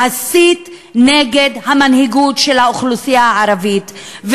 להסית נגד המנהיגות של האוכלוסייה הערבית,